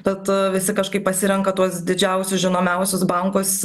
bet visi kažkaip pasirenka tuos didžiausius žinomiausius bankus